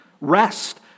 Rest